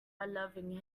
unloving